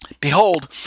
Behold